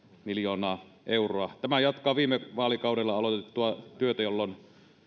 miljoonaa euroa tämä jatkaa viime vaalikaudella aloitettua työtä jolloin